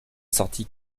sorti